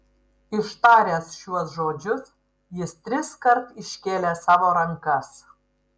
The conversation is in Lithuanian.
ištaręs šiuos žodžius jis triskart iškėlė savo rankas